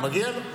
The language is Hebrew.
מגיע לו.